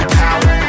power